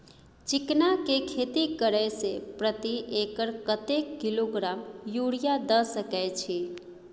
चिकना के खेती करे से प्रति एकर कतेक किलोग्राम यूरिया द सके छी?